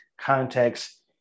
context